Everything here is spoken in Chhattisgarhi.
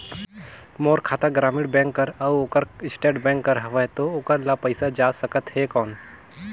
मोर खाता ग्रामीण बैंक कर अउ ओकर स्टेट बैंक कर हावेय तो ओकर ला पइसा जा सकत हे कौन?